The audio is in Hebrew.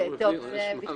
זה בכלל.